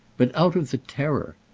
but out of the terror.